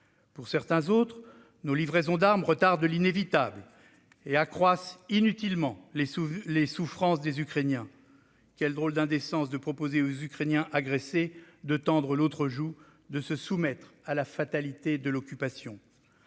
Pour d'autres, nos livraisons d'armes retardent l'inévitable et accroissent inutilement les souffrances des Ukrainiens. Quelle drôle d'indécence que de proposer aux Ukrainiens agressés de tendre l'autre joue et de se soumettre à la fatalité de l'occupation